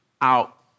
out